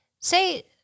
say